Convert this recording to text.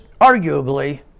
arguably